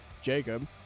Jacob